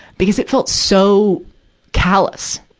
because it felt so callous.